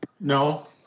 No